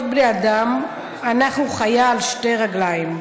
להיות בני אדם, אנחנו חיה על שתי רגליים,